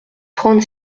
trente